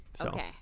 Okay